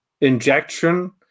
injection